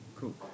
cool